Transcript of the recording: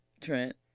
Trent